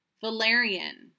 Valerian